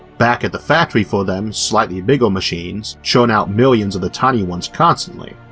back at the factory for them slightly bigger machines churn out millions of the tiny ones constantly,